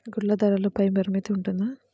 గుడ్లు ధరల పై పరిమితి ఉంటుందా?